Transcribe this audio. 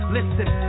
Listen